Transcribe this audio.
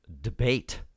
debate